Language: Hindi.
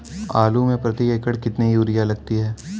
आलू में प्रति एकण कितनी यूरिया लगती है?